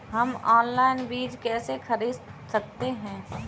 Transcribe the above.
हम ऑनलाइन बीज कैसे खरीद सकते हैं?